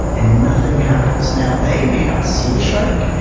and nothing happens. now, they may not see the shark,